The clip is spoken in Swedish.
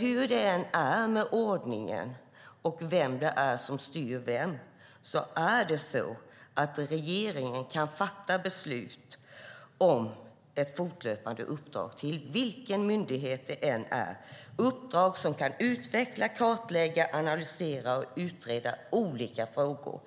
Hur det än är med ordningen och vem som styr vem kan regeringen fatta beslut om ett fortlöpande uppdrag till vilken myndighet det än är - uppdrag som kan utveckla, kartlägga, analysera och utreda olika frågor.